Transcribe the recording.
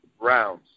rounds